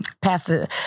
Pastor